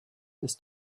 ist